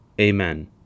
Amen